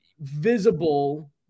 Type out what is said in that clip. visible